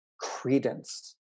credence